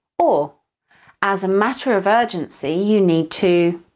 ah as a matter of urgency, you need to,